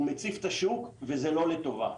הוא מציף את השוק וזה לא לטובה.